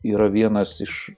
yra vienas iš